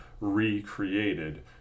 recreated